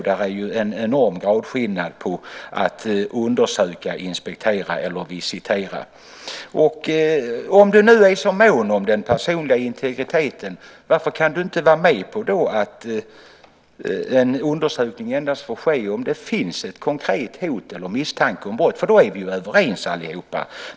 Det är ju en enorm gradskillnad mellan att undersöka, inspektera och visitera. Om du nu är så mån om den personliga integriteten, varför kan du då inte vara med på att en undersökning endast får ske om det finns ett konkret hot eller misstanke om brott? Då är vi ju överens allihop.